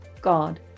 God